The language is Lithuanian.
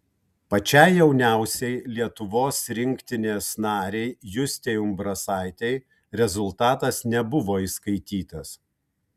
pačiai jauniausiai lietuvos rinktinės narei justei umbrasaitei rezultatas nebuvo įskaitytas